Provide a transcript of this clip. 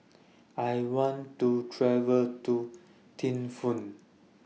I want to travel to Thimphu